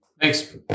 Thanks